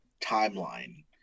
timeline